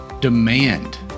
Demand